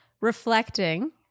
reflecting